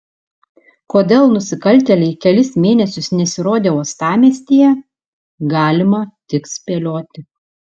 kodėl nusikaltėliai kelis mėnesius nesirodė uostamiestyje galima tik spėlioti